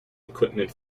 equipment